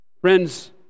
Friends